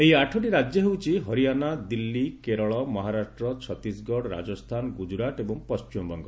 ଏହି ଆଠଟି ରାଜ୍ୟ ହେଉଛି ହରିଆନା ଦିଲ୍ଲୀ କେରଳ ମହାରାଷ୍ଟ୍ର ଛତିଶଗଡ ରାଜସ୍ଥାନ ଗୁଜରାଟ ଏବଂ ପଣ୍ଟିମବଙ୍ଗ